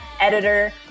editor